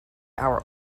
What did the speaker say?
our